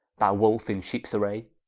thou wolfe in sheepes array.